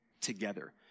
together